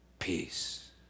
peace